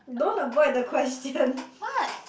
what